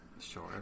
Sure